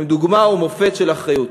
הם דוגמה ומופת של אחריות.